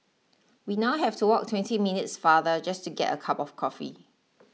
we now have to walk twenty minutes farther just to get a cup of coffee